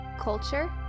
culture